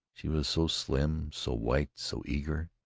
she was so slim, so white, so eager!